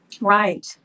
Right